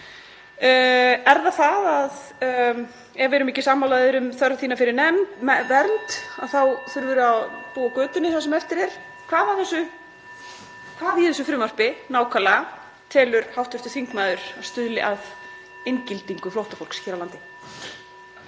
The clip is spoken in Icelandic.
Er það það að ef við erum ekki sammála þér um þörf þína fyrir vernd þá þurfir þú að búa á götunni það sem eftir er? Hvað nákvæmlega í þessu frumvarpi telur hv. þingmaður að stuðli að inngildingu flóttafólks hér á landi?